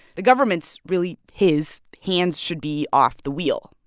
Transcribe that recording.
the government's really his hands should be off the wheel.